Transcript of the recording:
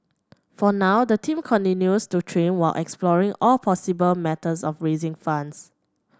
for now the team continues to train while exploring all possible methods of raising funds